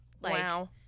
Wow